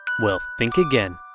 well, think again.